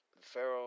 Pharaoh